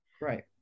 Right